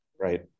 Right